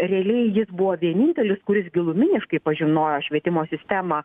realiai jis buvo vienintelis kuris giluminiškai pažinojo švietimo sistemą